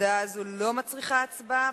ההודעה הזאת לא מצריכה הצבעה,